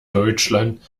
deutschland